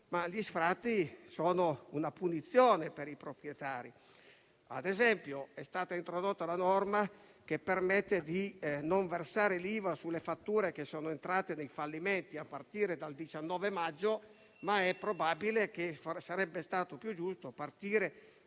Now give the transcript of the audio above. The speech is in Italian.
Gli sfratti sono una punizione per i proprietari. È stata introdotta la norma che permette di non versare l'IVA sulle fatture entrate nei fallimenti a partire dal 19 maggio, ma è probabile che sarebbe stato più giusto